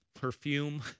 perfume